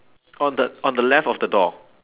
on the on the left of the door